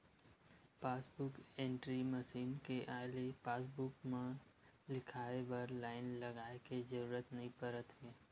passbook entry machine के आए ले पासबूक म लिखवाए बर लाईन लगाए के जरूरत नइ परत हे